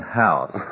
house